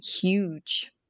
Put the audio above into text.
huge